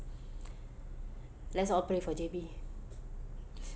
let's all pray for J_B